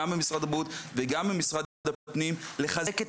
גם במשרד הבריאות וגם במשרד הפנים לחזק את